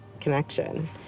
connection